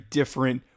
different